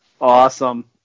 Awesome